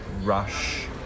Rush